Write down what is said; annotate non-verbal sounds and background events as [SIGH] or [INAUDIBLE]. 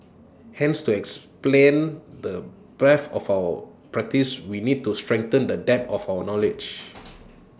hence to explained the breadth of our practice we need to strengthen the depth of our knowledge [NOISE]